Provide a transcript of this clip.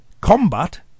Combat